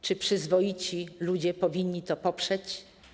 Czy przyzwoici ludzie powinni to poprzeć?